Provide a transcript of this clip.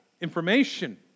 information